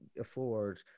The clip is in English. afford